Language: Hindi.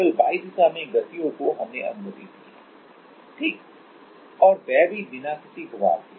केवल y दिशा में गतियों को हमने अनुमति दी है सही और वह भी बिना किसी घुमाव के